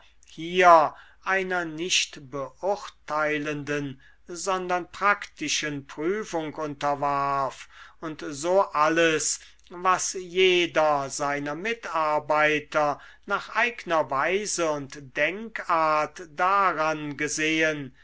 hier einer nicht beurteilenden sondern praktischen prüfung unterwarf und so alles was jeder seiner mitarbeiter nach eigner weise und denkart daran gesehen